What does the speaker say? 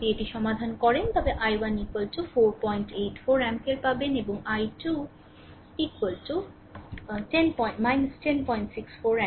যদি এটি সমাধান করে তবে i1 48 4 অ্যাম্পিয়ার পাবেন এবং i2 1064 অ্যাম্পিয়ার